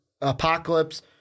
Apocalypse